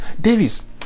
Davis